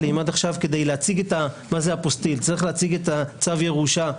אם עד עכשיו כדי להציג את צו הירושה בעולם,